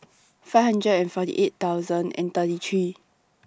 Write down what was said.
five hundred and forty eight thousand and thirty three